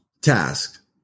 task